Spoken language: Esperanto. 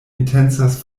intencas